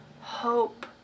hope